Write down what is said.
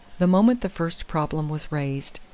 the moment the first problem was raised,